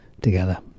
together